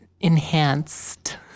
enhanced